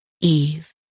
Eve